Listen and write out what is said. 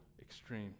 extreme